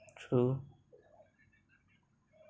true